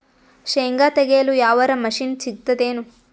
ಶೇಂಗಾ ತೆಗೆಯಲು ಯಾವರ ಮಷಿನ್ ಸಿಗತೆದೇನು?